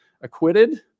acquitted